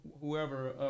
whoever